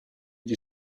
gli